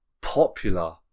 popular